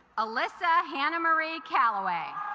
alysa hannah murray calloway